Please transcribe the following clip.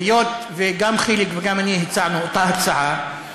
היות שגם חיליק וגם אני הצענו אותה הצעה,